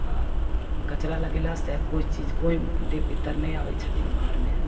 आओर कचरा लगेलासँ कोइ चीज कोइ देव पितर नहि आबै छथिन घरमे